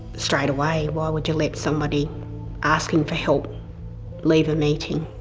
straight away why would you let somebody asking for help leave a meeting?